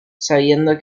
sabiendo